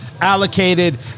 Allocated